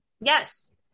Yes